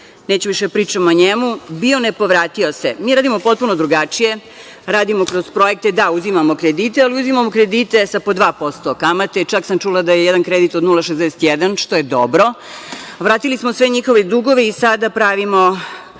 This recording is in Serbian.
neću više da pričamo o njemu. Bio ne povratio se. Mi radimo potpuno drugačije, radimo kroz projekte. Da, uzimamo kredite, ali uzimamo kredite sa po 2% kamate, čak sam čula da je jedan kredit od 0,61, što je dobro. Vratili smo sve njihove dugove i sada pravimo